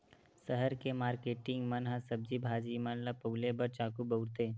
सहर के मारकेटिंग मन ह सब्जी भाजी मन ल पउले बर चाकू बउरथे